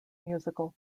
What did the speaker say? musical